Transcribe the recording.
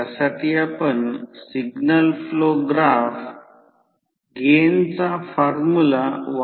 तर ट्रान्सफॉर्मरमध्ये हे आहे